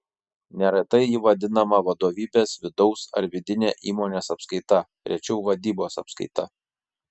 neretai ji vadinama vadovybės vidaus ar vidine įmonės apskaita rečiau vadybos apskaita